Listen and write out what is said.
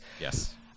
Yes